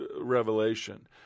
revelation